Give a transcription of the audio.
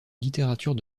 littérature